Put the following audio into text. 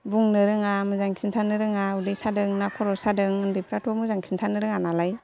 बुंनो रोङा मोजां खिन्थानो रोङा उदै सादों ना खर' सादों उन्दैफ्राथ' मोजां खिन्थानो रोङा नालाय